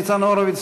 ניצן הורוביץ,